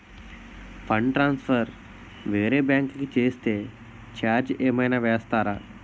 Fund transfer వేరే bank కి చేస్తే ఛార్జ్ ఏమైనా వేస్తారా?